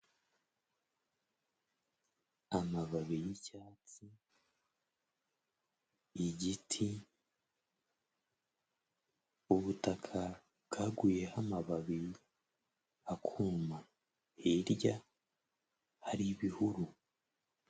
Amababi y'icyatsi, igiti, ubutaka bwaguyeho amababi akuma, hirya hari ibihuru.